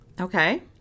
Okay